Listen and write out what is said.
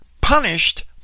punished